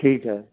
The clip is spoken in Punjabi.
ਠੀਕ ਹੈ